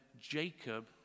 Jacob